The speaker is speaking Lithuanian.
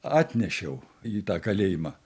atnešiau į tą kalėjimą